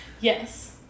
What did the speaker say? Yes